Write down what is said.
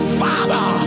father